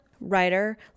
writer